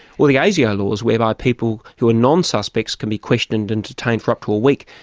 or the asio laws whereby people who are non-suspects can be questioned and detained for up to a week,